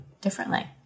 differently